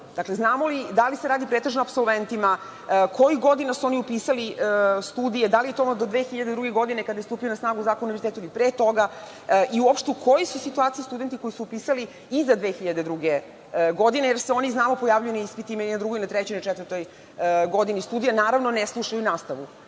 Dakle, znamo li da li se radi pretežno o apsolventima? Kojih godina su oni upisali studije? Da li je to bilo do 2002. godine kada je stupio na snagu Zakon o univerzitetu ili pre toga i uopšte u kojoj su situaciji studenti koji su upisali iza 2000. godine, jer se oni pojavljuju na ispitima i na drugoj i na trećoj i na četvrtoj godini studija, naravno, ne slušaju nastavu